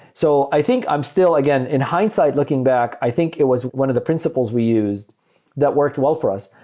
so i think i'm still again, in hindsight looking back, i think it was one of the principles we used that worked well for us.